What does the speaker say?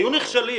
היו נכשלים,